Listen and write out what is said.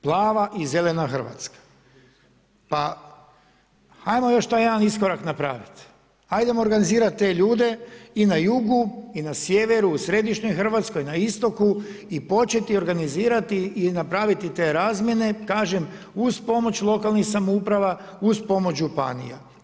Plava i zelena Hrvatska, pa ajmo još taj jedan iskorak napraviti, ajdemo organizirati te ljude i na jugu i na sjeveru, u središnjoj Hrvatskoj, na istoku i početi organizirati i napraviti te razmjene, kažem, uz pomoć lokalnih samouprava, uz pomoć županija.